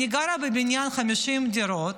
אני גרה בבניין של 50 דירות.